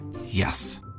Yes